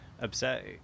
upset